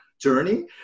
journey